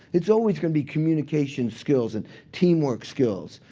it's always going to be communication skills and teamwork skills.